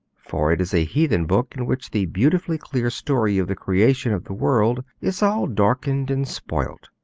for it is a heathen book, in which the beautiful clear story of the creation of the world is all darkened and spoilt.